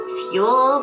fuel